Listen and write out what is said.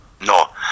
No